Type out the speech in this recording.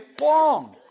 long